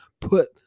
put